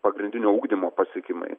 pagrindinio ugdymo pasiekimai